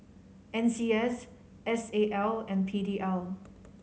N C S S A L and P D L